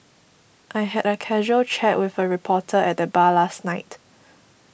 I had a casual chat with a reporter at the bar last night